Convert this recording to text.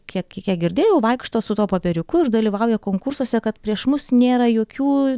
kiek kiek girdėjau vaikšto su tuo popieriuku ir dalyvauja konkursuose kad prieš mus nėra jokių